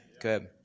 Good